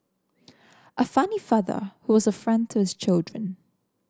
a funny father who was a friend to his children